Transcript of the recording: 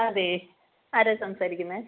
അതെ ആരാണ് സംസാരിക്കുന്നത്